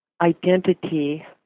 identity